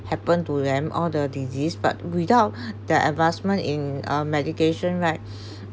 happen to them or the disease but without the advancement in uh medication right